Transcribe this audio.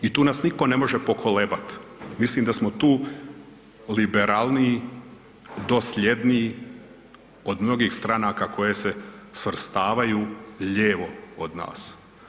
I tu nas nitko ne može pokolebat, mislim da smo tu liberalniji, dosljedniji od mnogih stranaka koje se svrstavaju lijevo od nas.